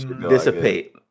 dissipate